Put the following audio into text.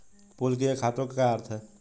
Pool किए गए खातों का क्या अर्थ है?